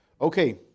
Okay